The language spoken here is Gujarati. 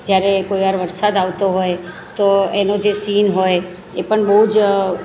જ્યારે કોઈ વાર વરસાદ આવતો હોય તો એનો જે સીન હોય હોય એ પણ બહુ જ